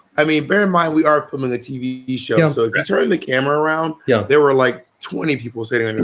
i mean, bear in mind, we are filming the tv show, so turn the camera around. yeah. there were like twenty people sitting. and yeah,